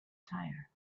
tire